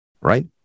right